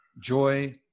joy